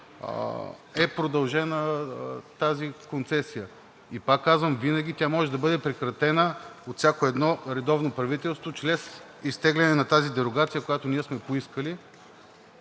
е продължена тази концесия. И пак казвам, винаги тя може да бъде прекратена от всяко едно редовно правителство чрез изтегляне на тази дерогация, която ние сме поискали.